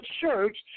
church